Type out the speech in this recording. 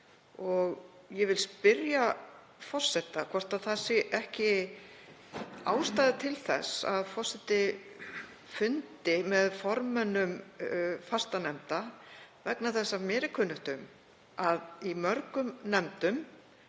Ég vil spyrja forseta hvort ekki sé ástæða til þess að forseti fundi með formönnum fastanefnda, vegna þess að mér er kunnugt um að í mörgum nefndum